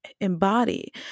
embody